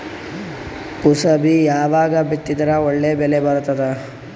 ಕುಸಬಿ ಯಾವಾಗ ಬಿತ್ತಿದರ ಒಳ್ಳೆ ಬೆಲೆ ಬರತದ?